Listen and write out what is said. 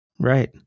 Right